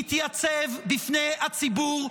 התייצב בפני הציבור,